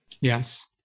Yes